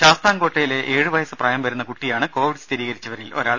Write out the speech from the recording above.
ശാസ്താംകോട്ടയിലെ ഏഴു വയസ് പ്രായം വരുന്ന കുട്ടിയാണ് കോവിഡ് സ്ഥിരീകരിച്ചവരിൽ ഒരാൾ